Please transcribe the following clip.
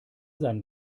seinen